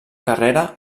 carrera